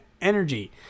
energy